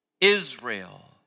Israel